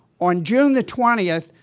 on june the twentieth,